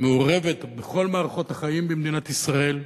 מעורבת בכל מערכות החיים במדינת ישראל,